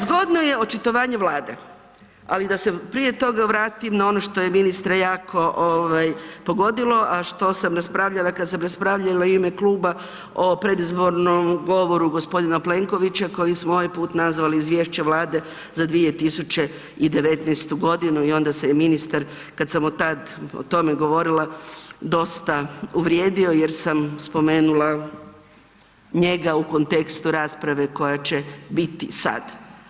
Zgodno je očitovanje Vlade, ali da se prije toga vratim na ono što je ministra jako ovaj pogodilo, a što sam raspravljala kad sam raspravljala i u ime kluba o predizbornom govoru gospodina Plenkovića koji smo ovaj put nazvali izvješće Vlade za 2019. godinu i onda se je ministar kad sam o tome govorila dosta uvrijedio jer sam spomenula njega u kontekstu rasprave koja će biti sad.